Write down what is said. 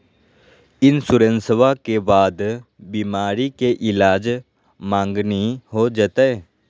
इंसोरेंसबा के बाद बीमारी के ईलाज मांगनी हो जयते?